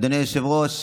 אדוני היושב-ראש,